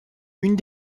une